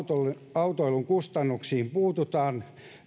autoilun kustannuksiin puututaan